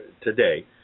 today